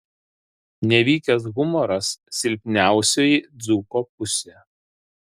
nevykęs humoras silpniausioji dzūko pusė